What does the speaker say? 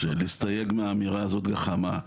להסתייג מהאמירה הזאת "גחמה".